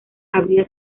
habría